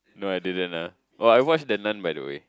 no I didn't lah oh I watch Dennon but the way